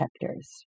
detectors